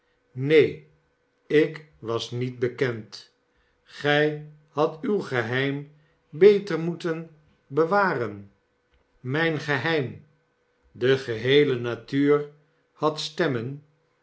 neen ik was niet bekend gij hadt uw geheim beter moeten bewaren mijn geheim de geheele natuur had stemmen